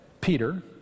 Peter